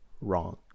wrong